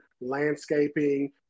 landscaping